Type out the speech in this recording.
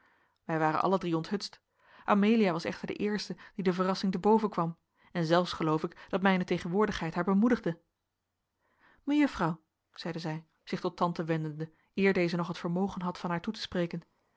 wij waren alle drie onthutst amelia was echter de eerste die de verrassing te boven kwam en zelfs geloof ik dat mijne tegenwoordigheid haar bemoedigde mejuffrouw zeide zij zich tot tante wendende eer deze nog het vermogen had van haar toe te spreken